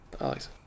Alex